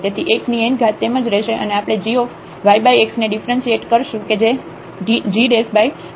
તેથી xn તેમ જ રહેશે અને આપણે gyx ને ડિફ્રન્સિએટ કરશું કે જે gyx છે